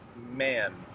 man